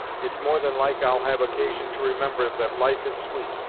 it's more than like i'll have occasion to remember that life is sweet,